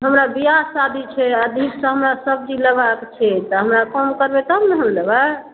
हमरा बिआह शादी छै अधिकसँ हमरा सब्जी लेबाके छै तऽ हमरा कम करबै तब ने हम लेबै